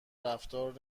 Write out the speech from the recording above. رفتار